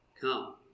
Come